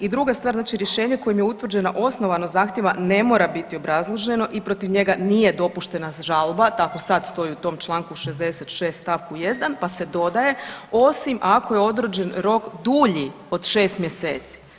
I druga je stvar, znači rješenje kojom je utvrđena osnovanost zahtjeva ne mora biti obrazloženo i protiv njega nije dopuštena žalba, tako sad stoji u tom članku 66. stavku 1. pa se dodaje osim ako je određen rok dulji od 6 mjeseci.